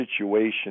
situation